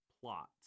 plots